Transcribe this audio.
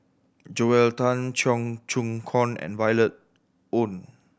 Joel Tan Cheong Choong Kong and Violet Oon